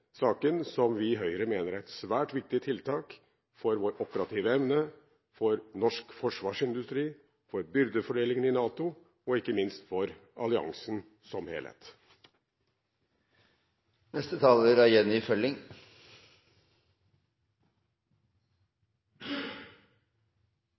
saken – en sak som vi i Høyre mener er et svært viktig tiltak for vår operative evne, for norsk forsvarsindustri, for byrdefordelingen i NATO og ikke minst for alliansen som